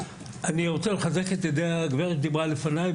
אני רוצה לחזק את ידי הגברת שדיברה לפניי,